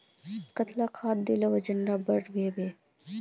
कतला खाद देले वजन डा बढ़बे बे?